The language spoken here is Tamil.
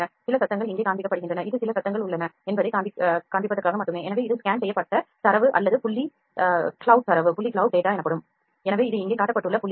சில சத்தங்கள் இங்கே காண்பிக்கப்படுகின்றன இது சில சத்தங்கள் உள்ளன என்பதைக் காண்பிப்பதற்காக மட்டுமே எனவே இது ஸ்கேன் செய்யப்பட்ட தரவு அல்லது புள்ளி கிளவுட் தரவு எனவே இது இங்கே காட்டப்பட்டுள்ள புள்ளி cloud